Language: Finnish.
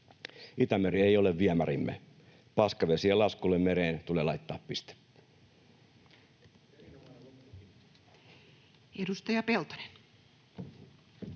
Itämeri ei ole viemärimme, paskavesien laskulle mereen tulee laittaa piste. [Speech